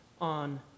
on